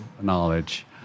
knowledge